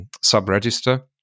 sub-register